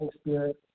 spirit